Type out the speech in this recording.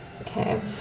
Okay